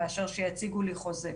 מאשר שיציגו לי חוזה.